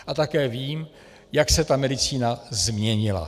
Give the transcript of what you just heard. A také vím, jak se ta medicína změnila.